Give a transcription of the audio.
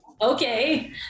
Okay